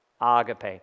agape